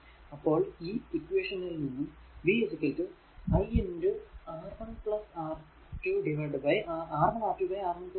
അപ്പോൾ ഈ ഇക്വേഷനിൽ നിന്നും v i R1R2 R1 R2